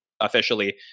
Officially